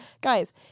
Guys